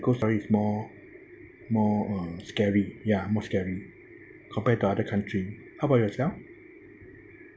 ghost story is more more uh scary ya more scary compared to other country how about yourself